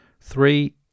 Three